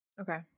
Okay